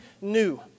new